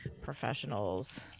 professionals